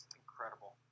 incredible